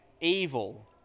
evil